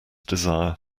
desire